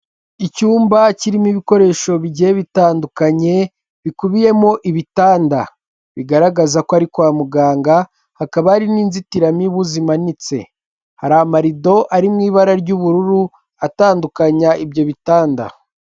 Icyumba kirimo ibikoresho bye bitandukanye bikubiyemo ibitanda, bigaragaza ko ari kwa muganga hakaba hari n'inzitiramibu zimanitse, hari amarido ari mu ibara ry'ubururu atandukanya ibyo bitanda.